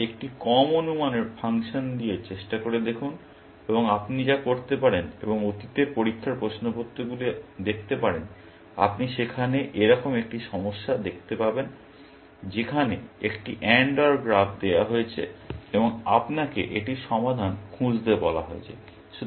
তারপর একটি কম অনুমানের ফাংশন দিয়ে চেষ্টা করে দেখুন এবং আপনি যা করতে পারেন এবং অতীতের পরীক্ষার প্রশ্নপত্রগুলি দেখতে পারেন আপনি সেখানে এরকম একটি সমস্যা দেখতে পাবেন যেখানে একটি AND OR গ্রাফ দেওয়া হয়েছে এবং আপনাকে এটির সমাধান খুঁজতে বলা হয়েছে